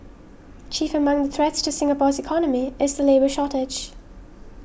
chief among the threats to Singapore's economy is the labour shortage